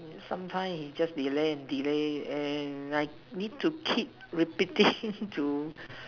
sometime is just delay and delay and I need to keep repeating to